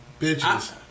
bitches